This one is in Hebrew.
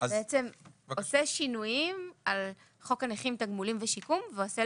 עושה שינויים על חוק הנכים (תגמולים ושיקום) ועושה